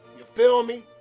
you feel me?